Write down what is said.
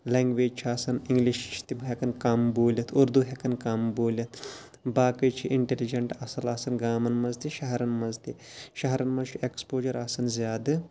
language چھِ آسان English تِم ہیٚکان کم بوٗلِتھ اردوٗ ہیٚکان کم بوٗلِتھ باقٕے چھِ اِنٹیٚلِجنٹ اصل آسان گامَن مَنٛز تہِ شَہرَن مَنٛز تہِ شَہرَن مَنٛز چھُ ایٚکسپوجَر آسان زیادٕ